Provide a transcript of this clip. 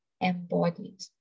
embodied